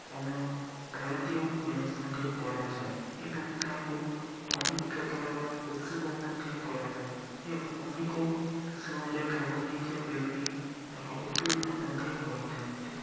ଆମ ଭାରତୀୟ ଡ୍ୟାନ୍ସ୍ ମଧ୍ୟ କରାଯାଏ ଏବଂ ତାହାକୁ ଅନେକପ୍ରକାରର ଉତ୍ସୁକ ମଧ୍ୟ କରାଯାଏ ଏବଂ ଅନେକ ସୋରେ ଭାଗ ନେଇଥିବା ବ୍ୟକ୍ତି ତାହା ଉତ୍ତିର୍ଣ୍ଣ ମଧ୍ୟ ହୋଇଥାନ୍ତି